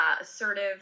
assertive